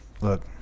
Look